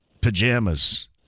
pajamas